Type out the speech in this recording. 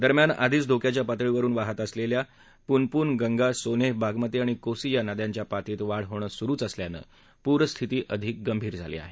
दरम्यान आधीच धोक्याच्या पातळीवरून वाहात असलेल्या पूनपून गंगा सोने बागमती आणि कोसी या नद्यांच्या पातळीत वाढ होणं सुरुच असल्यानं पूरस्थिती अधिक गंभीर झाली आहे